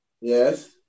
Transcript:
Yes